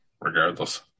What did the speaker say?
regardless